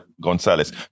Gonzalez